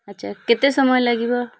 ଆଚ୍ଛା କେତେ ସମୟ ଲାଗିବ